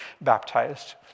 baptized